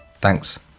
Thanks